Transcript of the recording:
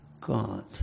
God